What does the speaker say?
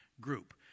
group